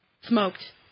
smoked